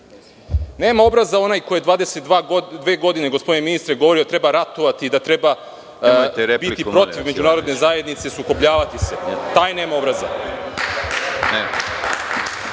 Nema obraza onaj ko je 22 godine gospodine ministre govorio da treba ratovati i da treba protiv međunarodne zajednice, sukobljavati se. Taj nema obraza.A